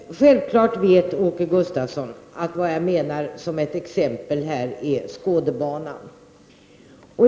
Sjävfallet vet Åke Gustavsson att vad jag här menar är t.ex. Skådebanan.